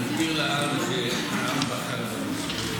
להסביר לעם שהעם בחר בנו.